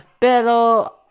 Pero